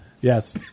Yes